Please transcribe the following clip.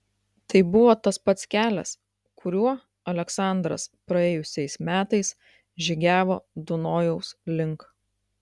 tai buvo tas pats kelias kuriuo aleksandras praėjusiais metais žygiavo dunojaus link